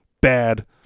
bad